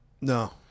no